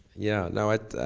yeah, now it,